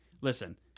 Listen